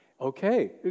Okay